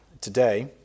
today